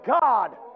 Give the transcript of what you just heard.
God